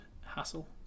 hassle